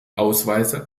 ausweise